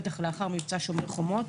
בטח לאחר מבצע שומר חומות.